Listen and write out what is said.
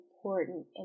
important